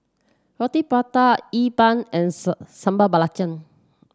Roti Prata E Bua and sir Sambal Belacan